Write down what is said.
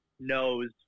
Knows